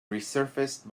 resurfaced